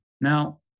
Now